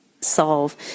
solve